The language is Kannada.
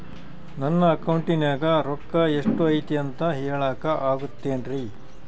ನನ್ನ ಅಕೌಂಟಿನ್ಯಾಗ ರೊಕ್ಕ ಎಷ್ಟು ಐತಿ ಅಂತ ಹೇಳಕ ಆಗುತ್ತೆನ್ರಿ?